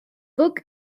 book